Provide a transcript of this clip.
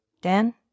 Dan